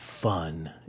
fun